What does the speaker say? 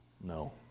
no